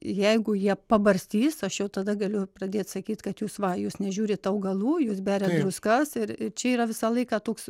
jeigu jie pabarstys aš jau tada galiu pradėt sakyt kad jūs va jūs nežiūrit augalų jūs beriat druskas ir ir čia yra visą laiką toks